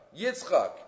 Yitzchak